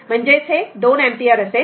तर ते २ एम्पीयर असेल